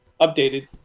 updated